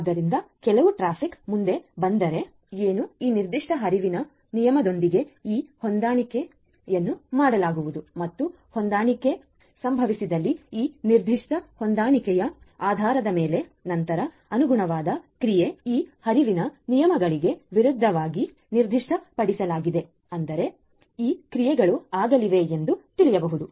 ಆದ್ದರಿಂದ ಕೆಲವು ಟ್ರಾಫಿಕ್ ಮುಂದೆ ಬಂದರೆ ಏನು ಈ ನಿರ್ದಿಷ್ಟ ಹರಿವಿನ ನಿಯಮದೊಂದಿಗೆ ಈ ಹೊಂದಾಣಿಕೆಯನ್ನು ಮಾಡಲಾಗುವುದು ಮತ್ತು ಹೊಂದಾಣಿಕೆ ಸಂಭವಿಸಿದಲ್ಲಿ ಈ ನಿರ್ದಿಷ್ಟ ಹೊಂದಾಣಿಕೆಯ ಆಧಾರದ ಮೇಲೆ ನಂತರ ಅನುಗುಣವಾದ ಕ್ರಿಯೆ ಈ ಹರಿವಿನ ನಿಯಮಗಳಿಗೆ ವಿರುದ್ಧವಾಗಿ ನಿರ್ದಿಷ್ಟಪಡಿಸಲಾಗಿದೆ ಆದ್ದರಿಂದ ಈ ಕ್ರಿಯೆಗಳು ಆಗಲಿವೆ ಎಂದು ತಿಳಿಯಬಹುದು